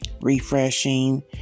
refreshing